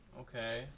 Okay